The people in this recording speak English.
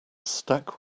stack